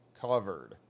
covered